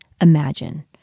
imagine